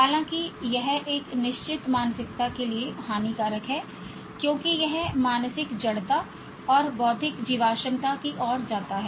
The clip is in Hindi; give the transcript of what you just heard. हालाँकि यह एक निश्चित मानसिकता के लिए हानिकारक है क्योंकि यह मानसिक जड़ता और बौद्धिक जीवाश्मता की ओर जाता है